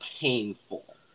painful